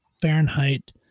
Fahrenheit